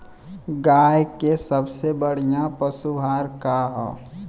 गाय के सबसे बढ़िया पशु आहार का ह?